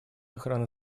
охраны